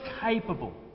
capable